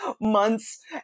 months